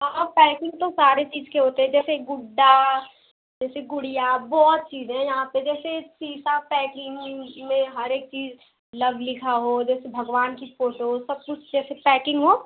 हाँ पैकिंग तो सारे चीज के होते हैं जैसे गुड्डा जैसे गुड़िया बहुत चीज़ हैं यहाँ पर जैसे शीशा पैकिंग में हर एक चीज लव लिखा हो जैसे भगवान की फोटो सब कुछ जैसे पैकिंग हो